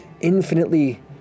infinitely